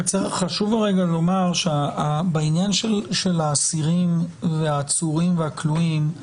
חשוב רגע לומר שבעניין של האסירים והעצורים והכלואים,